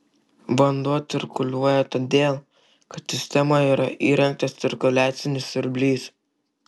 vanduo cirkuliuoja todėl kad sistemoje yra įrengtas cirkuliacinis siurblys